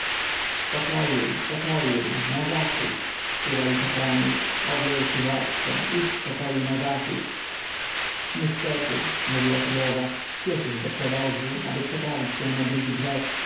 w pokoju w pokoju na zachód śpiewali kapłani o wielki władco idź w pokoju na zachód niestety mówiła królowa śpieszysz do przewozu aby przeprawić się na drugi brzeg